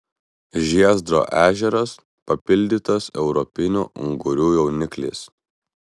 žiezdro ežeras papildytas europinių ungurių jaunikliais